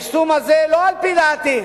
היישום הזה, לא על-פי דעתי,